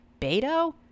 Beto